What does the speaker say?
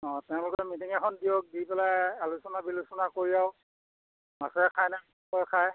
অঁ তেওঁলোকে মিটিং এখন দিয়ক দি পেলাই আলোচনা বিলোচনা কৰি আৰু মাছেৰে খাইনে মাংসই খায়